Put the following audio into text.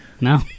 No